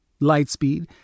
Lightspeed